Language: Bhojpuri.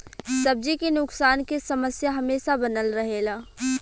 सब्जी के नुकसान के समस्या हमेशा बनल रहेला